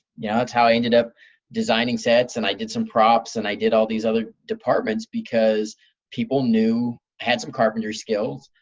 yeah that's how i ended up designing sets. and i did some props and i did all these other departments, because people knew i had some carpenter skills.